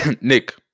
Nick